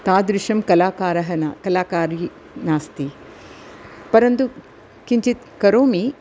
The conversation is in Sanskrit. तादृशं कलाकारः न कलाकारी नास्ति परन्तु किञ्चित् करोमि